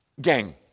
Gang